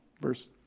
Verse